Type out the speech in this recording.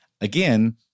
Again